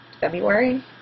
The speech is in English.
February